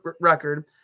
record